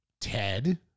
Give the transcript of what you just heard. Ted